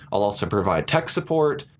i'll also provide tech support.